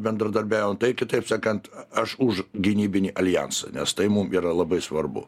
bendradarbiavom tai kitaip sakant aš už gynybinį aljansą nes tai mum yra labai svarbu